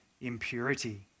impurity